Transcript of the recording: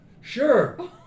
sure